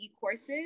courses